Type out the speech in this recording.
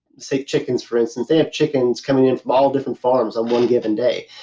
say chickens for instance, they have chickens coming in from all different farms on one given day.